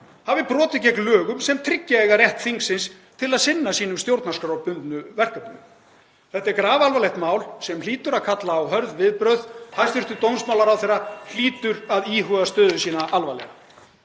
hafi brotið gegn lögum sem tryggja eiga rétt þingsins til að sinna sínum stjórnarskrárbundnu verkefnum? Þetta er grafalvarlegt mál sem hlýtur að kalla á hörð viðbrögð. (Forseti hringir.) Hæstv. dómsmálaráðherra hlýtur að íhuga stöðu sína alvarlega.